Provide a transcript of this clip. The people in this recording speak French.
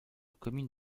commune